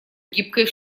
гибкой